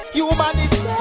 humanity